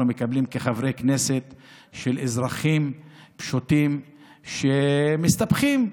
כחברי כנסת מקבלים מאזרחים פשוטים שמסתבכים,